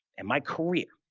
and my career,